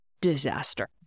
disaster